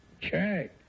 Check